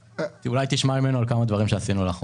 אולי תשמע ממנו על כמה דברים שעשינו לאחרונה.